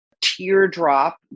teardrop